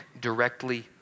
directly